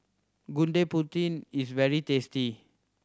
Gudeg Putih is very tasty